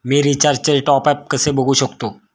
मी रिचार्जचे टॉपअप कसे बघू शकतो?